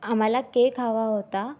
आम्हाला केक हवा होता